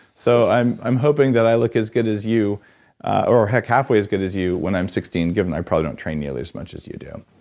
so, i'm i'm hoping that i look as good as you or heck, halfway as good as you, when i'm sixty, and given i probably don't train nearly as much as you do.